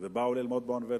ובאו ללמוד באוניברסיטה.